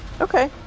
Okay